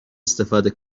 استفاده